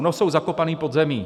No jsou zakopané pod zemí.